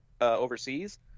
overseas